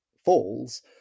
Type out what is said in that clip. falls